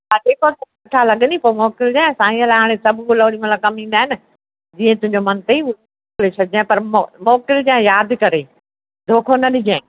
हा जेका सुठा लॻे पोइ मोकिलजो साईंअ लाइ हाणे सभु गुल वरी मना कम ईंदा आहिनि जीअं तुंहिंजो मन तईं पठी छॾिजइं पर मो मोकिलजा यादि करे धोखो न ॾिजे